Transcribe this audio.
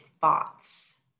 thoughts